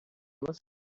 was